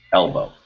elbow